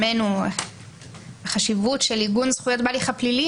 לטעמנו החשיבות של עיגון זכויות בהליך הפלילי